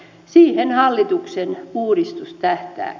siihen hallituksen uudistus tähtääkin